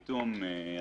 איטום,